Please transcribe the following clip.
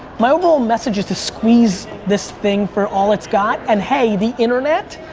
my overall message is to squeeze this thing for all it's got, and hey the internet,